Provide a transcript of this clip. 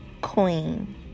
queen